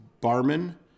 Barman